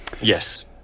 Yes